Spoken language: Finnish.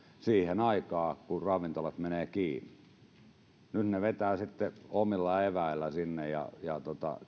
siihen aikaan kun ravintolat menevät kiinni nyt ne vetävät sitten omilla eväillä ja ja